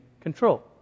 control